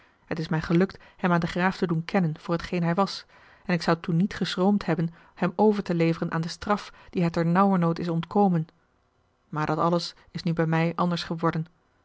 het is mij gelukt hem aan den graaf te doen kennen voor hetgeen hij was en ik zou toen niet geschroomd hebben hem over ousen aan de straf die hij ter nauwernood is ontkomen maar dat alles is nu bij mij anders geworden